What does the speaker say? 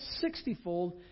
sixtyfold